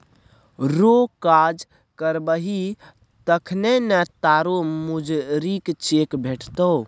रौ काज करबही तखने न तोरो मजुरीक चेक भेटतौ